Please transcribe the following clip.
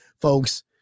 folks